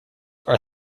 are